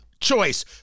Choice